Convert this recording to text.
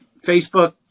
Facebook